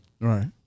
Right